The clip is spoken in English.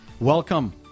Welcome